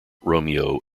romeo